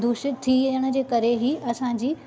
दूषितु थियणु जे करे ई असांजी